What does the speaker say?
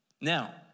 Now